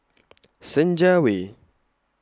Senja Way